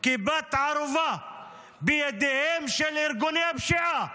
כבת ערובה בידיהם של ארגוני הפשיעה,